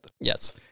Yes